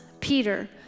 Peter